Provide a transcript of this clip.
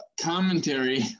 commentary